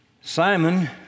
Simon